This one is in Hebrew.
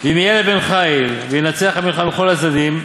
ואם יהיה לבן-חיל וינצח המלחמה מכל הצדדים,